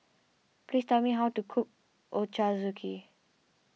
please tell me how to cook Ochazuke